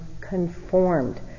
conformed